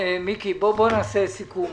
בואו נעשה סיכום.